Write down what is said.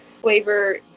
flavor